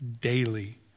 daily